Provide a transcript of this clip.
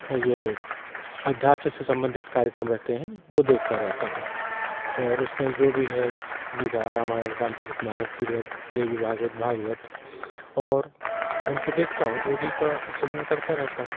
ये आध्यात्म से सम्बन्धित कार्यक्रम रहते हैं वो देखता रहता हूँ और उसमें जो भी है गीता रामायण रामचरितमानस श्रीमद देवी भागवत भागवत और उनको देखता हूँ उन्हीं का सुमिरन करता रहता हूँ